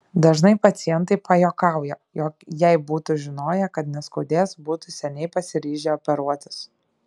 dažnai pacientai pajuokauja jog jei būtų žinoję kad neskaudės būtų seniai pasiryžę operuotis